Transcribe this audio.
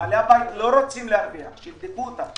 בעלי הבית לא רוצים להרוויח, אפשר לבדוק אותם.